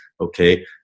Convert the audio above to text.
Okay